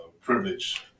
privilege